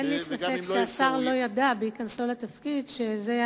אין לי ספק שהשר לא ידע בהיכנסו לתפקיד שזה יהיה